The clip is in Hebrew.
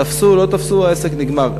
תפסו, לא תפסו, העסק נגמר.